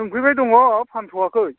सोंफैबाय दङ फानथ'वाखै